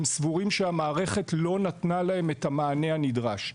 הם סבורים שהמערכת לא נתנה להם את המענה הנדרש.